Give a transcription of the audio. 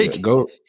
go